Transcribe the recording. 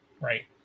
Right